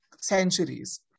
centuries